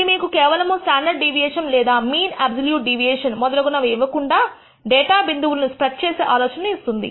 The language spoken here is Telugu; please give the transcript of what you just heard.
ఇది మీకు కేవలము స్టాండర్డ్ డీవియేషన్ లేదా మీన్ ఆబ్సొల్యూట్ డీవియేషన్ మొదలగునవి ఇవ్వకుండా డేటా బిందువులను స్ప్రెడ్ చేసే ఆలోచనను ఇస్తుంది